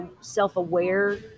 self-aware